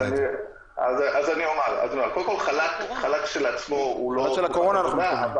אנחנו מתכוונים לחל"ת של הקורונה.